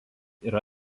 yra